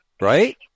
Right